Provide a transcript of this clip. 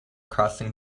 crossing